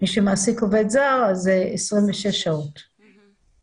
מי שמעסיק עובד זר אז זה 26 שעות במקסימום.